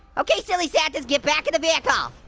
okay silly santas, get back in the vehicle.